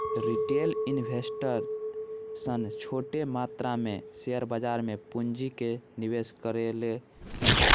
retail investor सन छोट मात्रा में शेयर बाजार में पूंजी के निवेश करेले सन